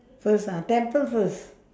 first ah temple first